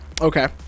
Okay